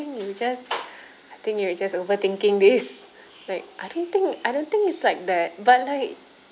I think you're just I think you're just overthinking this like I don't think I don't think it's like that but like